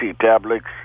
tablets